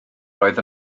roedd